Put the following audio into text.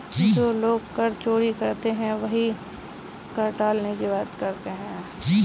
जो लोग कर चोरी करते हैं वही कर टालने की बात करते हैं